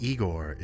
Igor